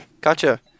gotcha